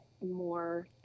more